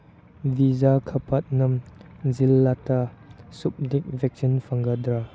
ꯚꯤꯁꯥꯈꯄꯠꯅꯝ ꯖꯤꯂꯥꯗ ꯁꯨꯞꯅꯤꯛ ꯚꯦꯛꯁꯤꯟ ꯐꯪꯒꯗ꯭ꯔ